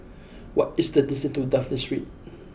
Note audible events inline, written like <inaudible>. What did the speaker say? what is the distance to Dafne Street <noise>